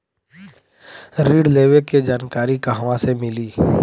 ऋण लेवे के जानकारी कहवा से मिली?